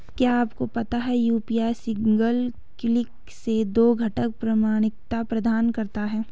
क्या आपको पता है यू.पी.आई सिंगल क्लिक से दो घटक प्रमाणिकता प्रदान करता है?